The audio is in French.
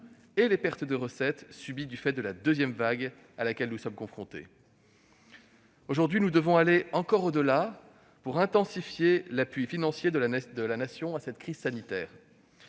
et les pertes de recettes subies du fait de la deuxième vague à laquelle nous sommes confrontés. Aujourd'hui, nous devons encore aller au-delà pour intensifier l'appui financier de la Nation à cette crise sanitaire.